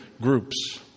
groups